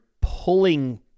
pulling